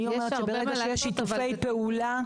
ברגע שיש שיתוף פעולה,